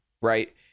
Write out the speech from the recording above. right